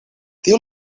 tiu